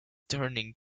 turning